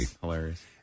Hilarious